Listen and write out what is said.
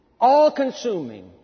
all-consuming